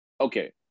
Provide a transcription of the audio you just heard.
okay